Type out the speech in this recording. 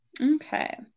okay